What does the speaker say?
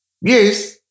Yes